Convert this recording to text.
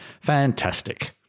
fantastic